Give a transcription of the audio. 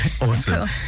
awesome